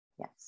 Yes